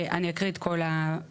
אני אקריא את כל הפסקה.